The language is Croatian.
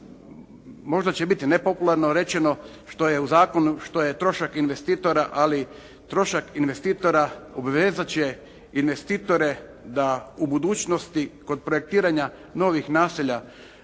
možda će biti nepopularno rečeno što je trošak investitora ali trošak investitora obvezat će investitore da u budućnosti kod projektiranja novih naselja,